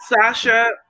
Sasha